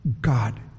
God